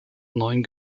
neun